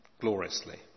gloriously